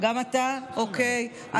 גם אתה, אוקיי.